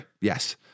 Yes